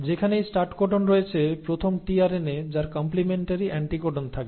যেখানেই start codon রয়েছে প্রথম টিআরএনএ যার কম্প্লিমেন্টারি অ্যান্টিকোডন থাকবে